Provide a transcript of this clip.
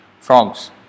frogs